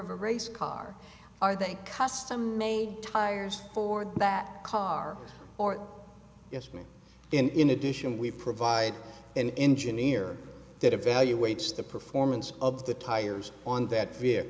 of a race car are they custom made tires for that car or yes me in addition we provide an engineer that evaluates the performance of the tires on that